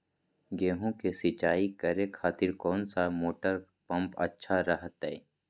गेहूं के सिंचाई करे खातिर कौन सा मोटर पंप अच्छा रहतय?